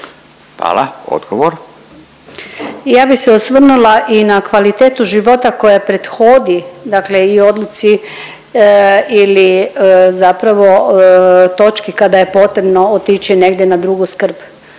Barbara (SDP)** Ja bi se osvrnula i na kvalitetu života koja prethodi dakle i odluci ili zapravo točki kada je potrebno otići negdje na drugu skrb,